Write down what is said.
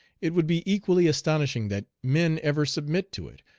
it would be equally astonishing that men ever submit to it,